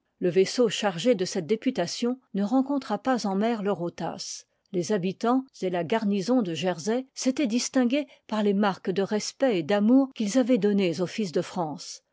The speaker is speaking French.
le vaisseau chargé de cette députation ne rencontra pas en mer teurotas les habitans et la gafiiison de jersey s'étoient distingués par les marques de respect et d'amour qu'ils avoient données au fils de france